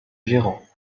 gérant